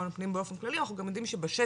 פנים באופן כללי - אנחנו גם יודעים שבשטח,